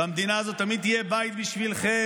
והמדינה הזאת תמיד תהיה בית בשבילכם,